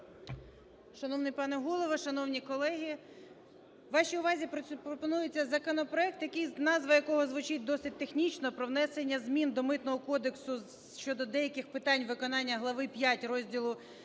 Шановний пане Голово, шановні колеги, вашій увазі пропонується законопроект, назва якого звучить досить технічно: "Про внесення змін до Митного кодексу (щодо деяких питань виконання глави 5 розділу